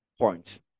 points